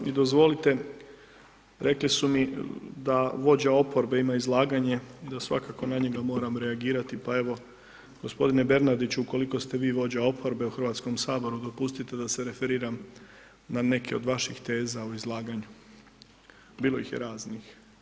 I dozvolite, rekli su mi da vođa oporbe ima izlaganje i da svakako na njega moram reagirati, pa evo, g. Bernardiću, ukoliko ste vi vođa oporbe u HS, dopustite da se referiram na neke od vaših teza u izlaganju, bilo ih je raznih.